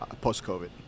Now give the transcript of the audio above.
post-COVID